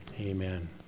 amen